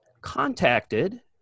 contacted